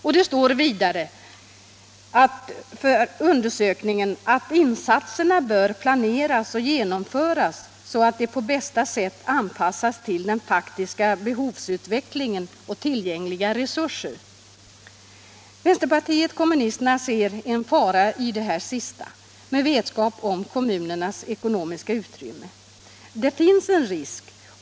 Vidare står det i riktlinjerna för undersökningen att insatserna bör planeras och genomföras så att de på bästa sätt anpassas till den faktiska behovsutvecklingen och tillgängliga resurser. Vänsterpartiet kommunisterna ser en fara i det där sista, med vetskap om kommunernas ekonomiska utrymme.